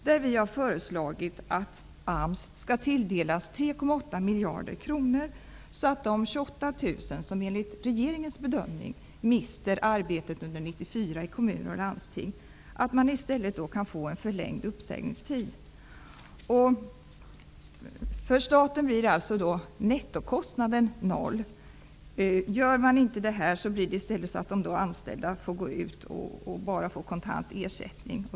Där har vi föreslagit att AMS skall tilldelas 3,8 miljarder kronor för att de 28 000 som enligt regeringens bedömning kommer att mista arbetet under 1994 i kommuner och landsting i stället kan få en förlängd uppsägningstid. Nettokostnaden för staten blir noll. Om inte detta görs kommer de anställda bara att få kontant ersättning.